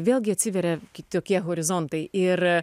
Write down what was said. vėlgi atsiveria kitokie horizontai ir